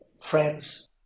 friends